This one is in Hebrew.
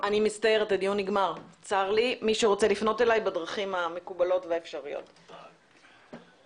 הישיבה ננעלה בשעה 11:55.